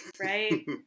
right